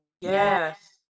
yes